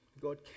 God